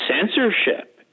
censorship